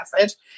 message